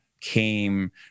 came